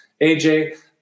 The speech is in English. AJ